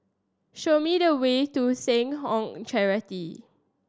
show me the way to Seh Ong Charity